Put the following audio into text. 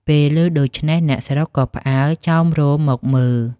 ពេលឮដូច្នេះអ្នកស្រុកក៏ផ្អើលចោមរោមមកមើល។